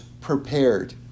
prepared